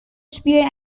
spielen